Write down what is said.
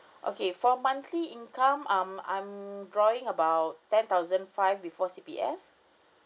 okay for monthly income um I'm drawing about ten thousand five before C_P_F